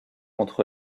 entre